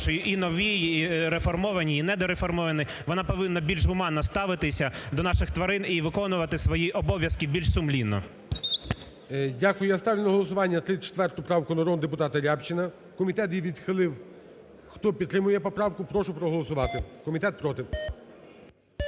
і новій, і реформованій, і недореформованій, вона повинна більш гуманно ставитися до наших тварин і виконувати свої обов'язки більш сумлінно. ГОЛОВУЮЧИЙ. Дякую. Я ставлю на голосування 34 правку народного депутата Рябчина. Комітет її відхилив. Хто підтримує поправку, прошу проголосувати. Комітет проти.